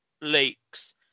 leaks